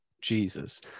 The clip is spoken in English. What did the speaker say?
Jesus